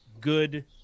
good